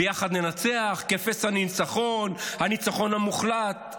"ביחד ננצח", "כפסע מניצחון", "הניצחון המוחלט".